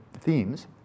themes